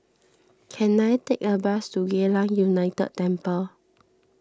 can I take a bus to Geylang United Temple